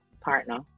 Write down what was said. partner